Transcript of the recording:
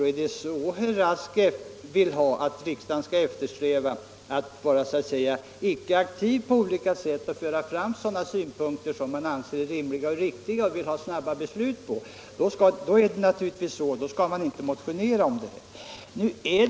Är det detta herr Rask vill att riksdagen skall eftersträva — att ledamöterna inte skall vara aktiva och inte föra fram sådana synpunkter som de anser rimliga och riktiga och förslag som de vill ha snabba beslut på? I så fall skall inte ledamöterna motionera.